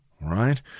right